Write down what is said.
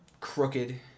crooked